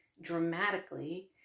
dramatically